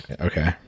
okay